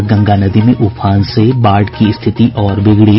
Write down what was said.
और गंगा नदी में उफान से बाढ़ की स्थिति और बिगड़ी